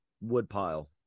woodpile